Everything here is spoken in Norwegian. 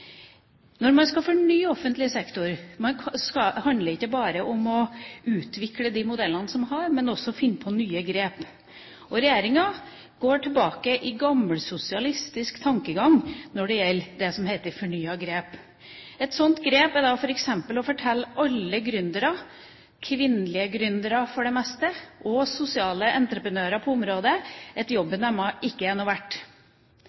Når man skal fornye offentlig sektor, handler det ikke bare om å utvikle de modellene man har, men også å finne opp nye grep. Regjeringa går tilbake til gammelsosialistisk tankegang når det gjelder det som heter fornyet grep. Et sånt grep er f.eks. å fortelle alle gründere – kvinnelige gründere, for det meste – og sosiale entreprenører på området, at